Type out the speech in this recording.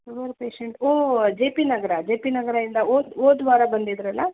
sugar patient ಓ J P Nagar J P ನಗರದಿಂದ ಹೋದ ಹೋದವಾರ ಬಂದಿದ್ರಲ್ಲ